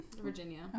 Virginia